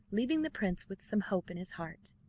leaving the prince with some hope in his heart.